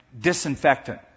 disinfectant